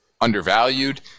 undervalued